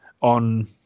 on